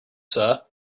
sir